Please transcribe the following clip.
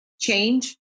change